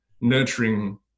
nurturing